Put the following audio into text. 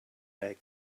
leg